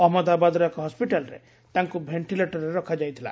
ଅହମ୍ମଦାବାଦର ଏକ ହସ୍କିଟାଲ୍ରେ ତାଙ୍କୁ ଭେଷ୍ଟିଲେଟରରେ ରଖାଯାଇଥିଲା